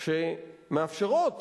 שמאפשרות